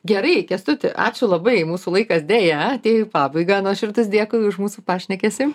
gerai kęstuti ačiū labai mūsų laikas deja atėjo į pabaigą nuoširdus dėkui už mūsų pašnekesį